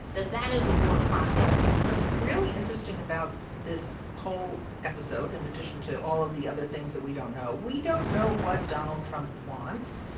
that that is a war crime what's really interesting about this whole episode, in addition to all of the other things that we don't know we don't know what donald trump wants.